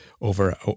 over